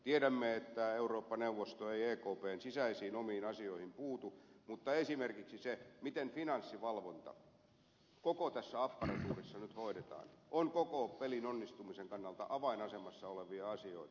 tiedämme että eurooppa neuvosto ei ekpn sisäisiin omiin asioihin puutu mutta esimerkiksi se miten finanssivalvonta koko tässä apparatuurissa nyt hoidetaan on koko pelin onnistumisen kannalta avainasemassa olevia asioita